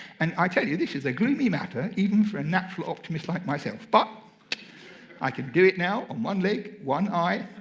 and i tell you, this is a gloomy matter even for a natural optimist like myself. but i can do it now on one leg, one eye.